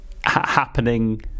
happening